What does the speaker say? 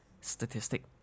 statistic